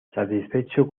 satisfecho